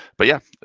but yeah,